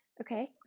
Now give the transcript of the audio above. Okay